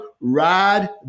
Ride